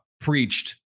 preached